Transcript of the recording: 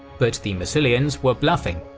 but the massilians were bluffing.